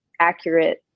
accurate